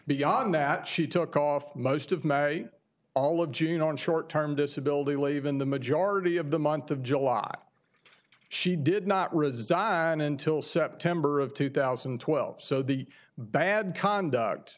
beyond that she took off most of my all of june on short term disability leave in the majority of the month of july she did not resign until september of two thousand and twelve so the bad conduct